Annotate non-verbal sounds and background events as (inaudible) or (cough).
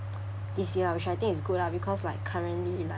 (noise) this year which I think is good lah because like currently